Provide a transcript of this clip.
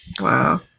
Wow